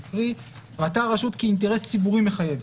ראתה הרשות כאינטרס ציבורי מחייב,